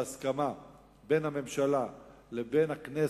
בהסכמה בין הממשלה לבין הכנסת,